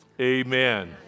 Amen